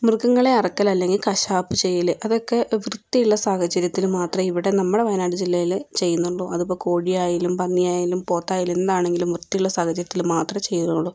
മൃഗങ്ങളെ അറുക്കൽ അല്ലെങ്കിൽ കശാപ്പ് ചെയ്യൽ അതൊക്കെ വൃത്തിയുള്ള സാഹചര്യത്തിൽ മാത്രമേ ഇവിടെ നമ്മുടെ വയനാട് ജില്ലയിൽ ചെയ്യുന്നുള്ളൂ അതിപ്പോൾ കോഴിയായാലും പന്നിയായാലും പോത്തായാലും എന്താണെങ്കിലും വൃത്തിയുള്ള സാഹചര്യത്തിൽ മാത്രമേ ചെയ്യുകയുള്ളൂ